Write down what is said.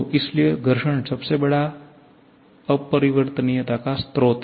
तो इसलिए घर्षण सबसे बड़ा हैअपरिवर्तनीयता का स्रोत